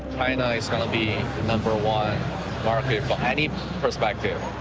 china is going to be number-one market from any perspective,